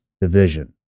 division